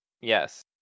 Yes